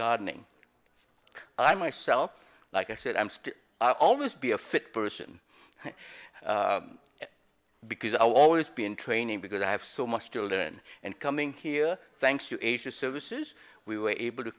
gardening i myself like i said i'm still i always be a fit person because i will always be in training because i have so much children and coming here thanks to asia services we were able to